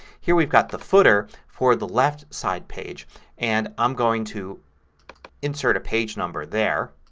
here we've got the footer for the left side page and i'm going to insert a page number there.